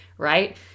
Right